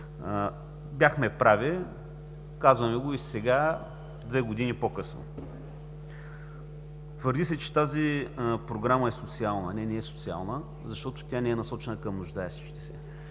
Бяхме прави – казвам Ви го и сега, две години по-късно! Твърди се, че тази програма е социална. Не, не е социална, защото тя не е насочена към нуждаещите се.